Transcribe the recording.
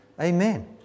Amen